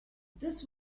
this